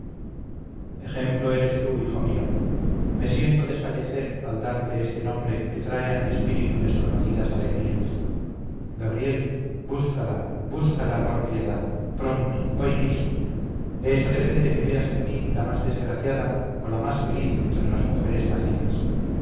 ejemplo eres tú hijo mío me siento desfallecer al darte este nombre que trae a mi espíritu desconocidas alegrías gabriel búscala búscala por piedad pronto hoy mismo de eso depende que veas en mí la más desgraciada o la más feliz entre las mujeres nacidas